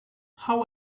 how